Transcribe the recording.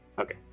Okay